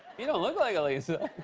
you don't look like a lisa.